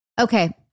Okay